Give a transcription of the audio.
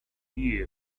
year